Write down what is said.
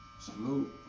Salute